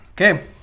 Okay